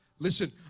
Listen